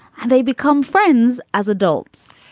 they become friends as adults.